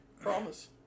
Promise